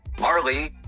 Marley